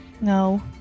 No